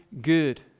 good